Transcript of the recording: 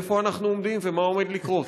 איפה אנחנו עומדים ומה עומד לקרות?